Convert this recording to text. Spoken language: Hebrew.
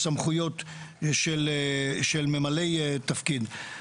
הסמכויות של ממלאי תפקיד.